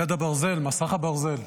יד הברזל, מסך הברזל.